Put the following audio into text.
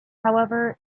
however